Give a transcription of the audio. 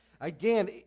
Again